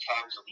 times